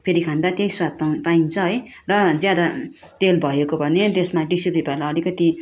फेरि खाँदा त्यही स्वाद पा पाइन्छ है र ज्यादा तेल भएको हो भने त्यसमा टिस्यु पेपरलाई अलिकति